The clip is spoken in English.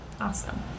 Awesome